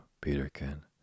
Peterkin